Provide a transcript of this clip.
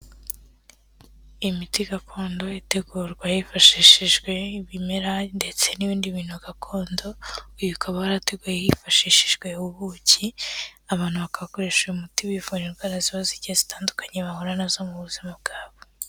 Imiti gakondo itegurwa hifashishijwe ibimera ndetse n'ibindi bintu gakondo, uyu ukaba warateguwe hifashishijwe ubuki abantu bagakoresha uyu muti bivura indwara zitandukanye bahura nazo mu buzima bwabo.